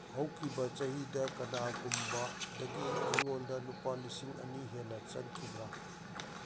ꯍꯧꯈꯤꯕ ꯆꯍꯤꯗ ꯀꯅꯥꯒꯨꯝꯕꯗꯒꯤ ꯑꯩꯉꯣꯟꯗ ꯂꯨꯄꯥ ꯂꯤꯁꯤꯡ ꯑꯅꯤ ꯍꯦꯟꯅ ꯆꯪꯈꯤꯕ꯭ꯔ